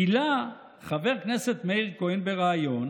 גילה חבר הכנסת מאיר כהן בריאיון